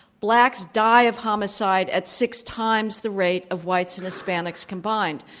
blacks die of homicide at six times the rate of whites and hispanics combined.